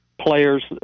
players